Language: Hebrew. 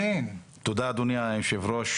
תודה אדוני היושב-ראש,